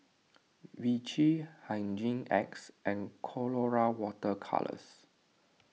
Vichy Hygin X and Colora Water Colours